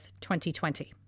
2020